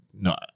no